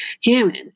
human